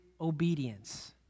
obedience